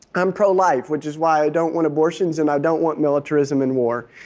i'm pro-life, which is why i don't want abortions and i don't want militarism in war.